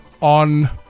on